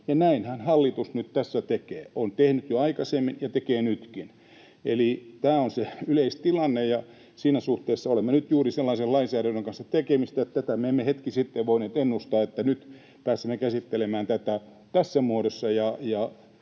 näinhän hallitus nyt tässä tekee — on tehnyt jo aikaisemmin ja tekee nytkin. Eli tämä on se yleistilanne, ja siinä suhteessa olemme nyt juuri sellaisen lainsäädännön kanssa tekemisissä, että tätä me emme hetki sitten voineet ennustaa, että nyt pääsemme käsittelemään tätä tässä muodossa.